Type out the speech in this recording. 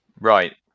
Right